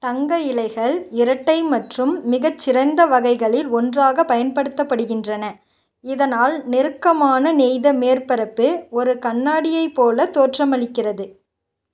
தங்க இலைகள் இரட்டை மற்றும் மிகச்சிறந்த வகைகளில் ஒன்றாகப் பயன்படுத்தப்படுகின்றன இதனால் நெருக்கமான நெய்த மேற்பரப்பு ஒரு கண்ணாடியைப் போல தோற்றமளிக்கிறது